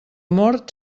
mort